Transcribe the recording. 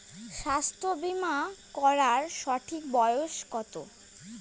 স্বাস্থ্য বীমা করার সঠিক বয়স কত?